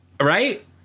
Right